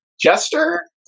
Jester